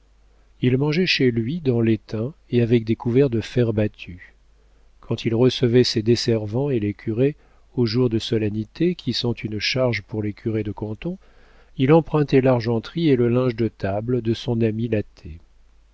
il mangeait chez lui dans l'étain et avec des couverts de fer battu quand il recevait ses desservants et les curés aux jours de solennité qui sont une charge pour les curés de canton il empruntait l'argenterie et le linge de table de son ami l'athée